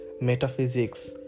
Metaphysics